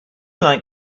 like